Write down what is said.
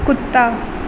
کتا